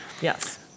yes